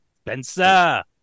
Spencer